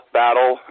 battle